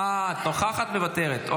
אה, נוכחת ומוותרת.